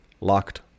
locked